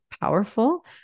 powerful